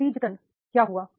नतीजतन क्या हुआ